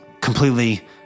completely